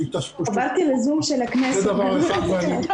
הוא קולט הרבה מאוד פניות.